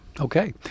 Okay